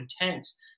intense